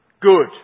good